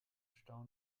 stau